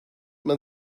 man